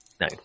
No